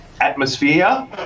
atmosphere